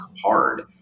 hard